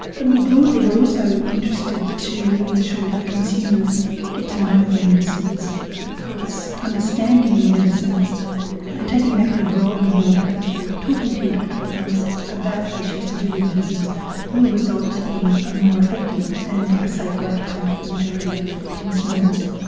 but more broadly we are also interested to ensure that consumers get to know their medicines because understanding your medicines and taking an active role in your health care, and talking to your doctor and pharmacist about issues to do with medicines will result in a more effective and a safer outcome for the majority of consumers.